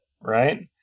right